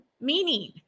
meaning